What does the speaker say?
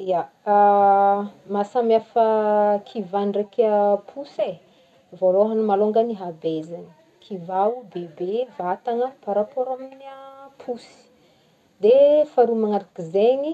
Ya, mahasamihafa kivà ndraika posy e, volohagny maloha ny habezany, kivà ho bebe vatana rapport amy posy, dia faharoa manaraky zegny,